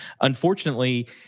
Unfortunately